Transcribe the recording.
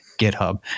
GitHub